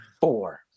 four